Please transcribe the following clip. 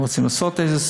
הם גם רוצים לעשות שיקום.